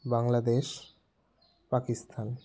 Bangladesh Pakistan